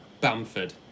Bamford